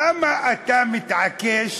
למה אתה מתעקש